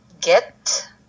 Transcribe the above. Get